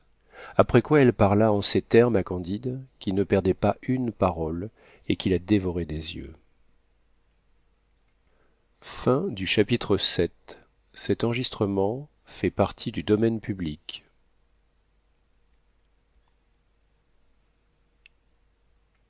après quoi elle parla en ces termes à candide qui ne perdait pas une parole et qui la dévorait des yeux